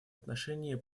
отношении